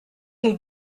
nous